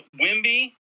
Wimby